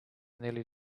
nearly